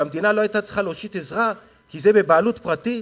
שהמדינה לא הייתה צריכה להושיט עזרה כי זה בבעלות פרטית,